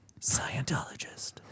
Scientologist